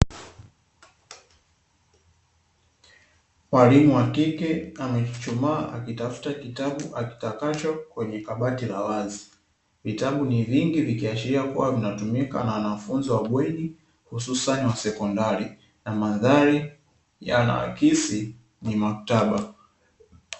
Mwalimu wa kike anaechuchumaa akitafuta kitabu akitakacho kwenye kabati la wazi, vitabu ni vingi vikiashiria kuwa vinatumika na wanafunzi wa bweni hususani wa sekondari l, na mandhari yanaakisi ni maktaba.